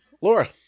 Laura